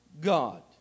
God